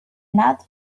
not